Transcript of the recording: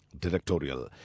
directorial